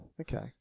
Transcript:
Okay